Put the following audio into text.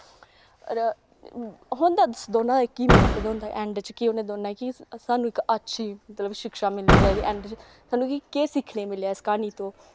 होर होंदा दोनां दा इक ही मकसद होंदा ऐंड च कि उ'नें दोनां कि सानू इक अच्छी मतलब शिक्षा मिलनी चाहिदी ऐंड च सानू कि केह् सिक्खने गी मिलेआ इस क्हानी तो